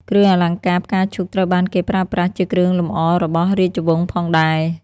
គ្រឿងអលង្ការផ្កាឈូកត្រូវបានគេប្រើប្រាស់ជាគ្រឿងលម្អរបស់រាជវង្សផងដែរ។